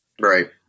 Right